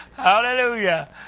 Hallelujah